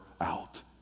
out